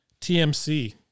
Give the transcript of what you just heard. TMC